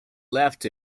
left